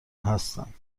هستم